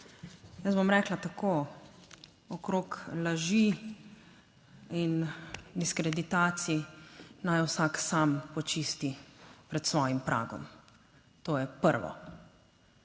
Jaz bom rekla tako, okrog laži in diskreditacij, naj vsak sam počisti pred svojim pragom. To je prvo.